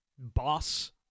Boss